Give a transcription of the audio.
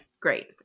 Great